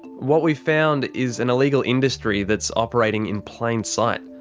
what we've found is an illegal industry that's operating in plain sight.